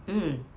mm